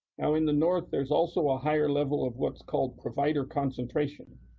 now in the north, there's also a higher level of what's called provider concentration,